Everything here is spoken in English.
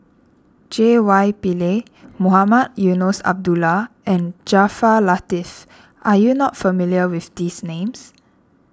J Y Pillay Mohamed Eunos Abdullah and Jaafar Latiff are you not familiar with these names